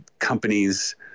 Companies